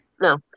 No